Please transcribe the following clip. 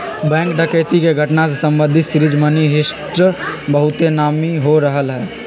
bank डकैती के घटना से संबंधित सीरीज मनी हीस्ट बहुते नामी हो रहल हइ